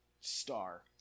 star